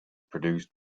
produced